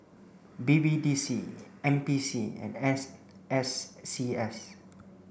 B B D C N P C and N's S C S